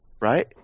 right